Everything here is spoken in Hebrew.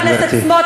חברי הכנסת סמוטריץ,